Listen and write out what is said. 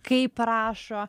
kaip rašo